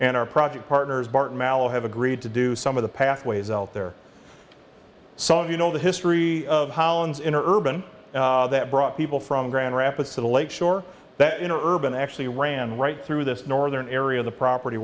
and our project partners bart mallow have agreed to do some of the pathways out there so if you know the history of holland's interurban that brought people from grand rapids to the lake shore that you know urban actually ran right through this northern area of the property